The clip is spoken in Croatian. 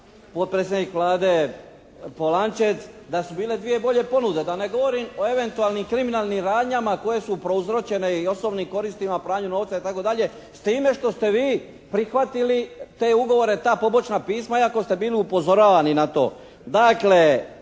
potpredsjednik Vlade Polančec da su bile dvije bolje ponude. Da ne govorim o eventualnim kriminalnim radnjama koje su prouzročene i osobnim koristima, pranju novca i tako dalje s time što ste vi prihvatili te ugovore, ta pobočna pisma iako ste bili upozoravani na to.